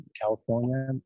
California